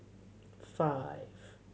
five